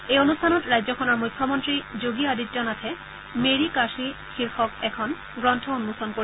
এই অনুষ্ঠানত ৰাজ্যখনৰ মুখ্যমন্ত্ৰী যোগী আদিত্য নাথে 'মেৰি কাশী' শীৰ্ষক এখন গ্ৰন্থ উন্মোচন কৰিব